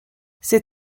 ses